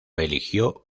eligió